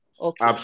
Okay